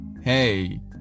hey